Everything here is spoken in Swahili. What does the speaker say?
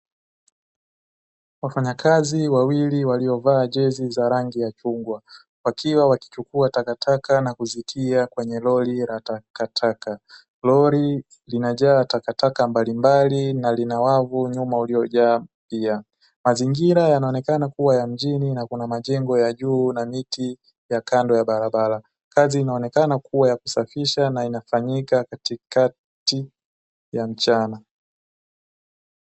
Wafanyakazi wawili walivaa jezi za rangi ya chungwa wakiwa wakichukua takataka na kuzitia kwenye lori la takataka, lori limejaa takataka mbalimbali na lina wavu uliojaa pia. Mazingira yanaonekana kuwa ya mjini na kuna jengo la juu na miti ya kando ya barabara kazi inaonekana kuwa yakusafisha na inafanyika katikati ya mchana.